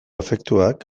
efektuak